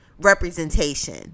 representation